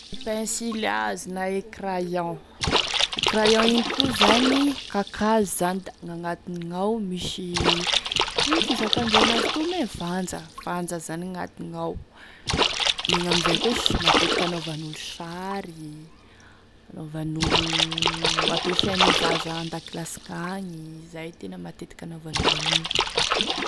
E pensily hazo na e crayon, e crayon igny koa zany kakazo zany da gnagnatiny ao misy ino fizakandreo an'azy toa mein, vanja, vanja zany gn'agnatignao da igny amin'izay koa sa matetiky anaovan'olo sary, hanaovan'olo ampiasaine zaza andakilasy gnagny, izay e tena matetiky hanaovan'olo an'igny.